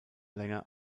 länger